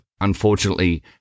unfortunately